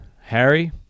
Harry